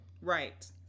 Right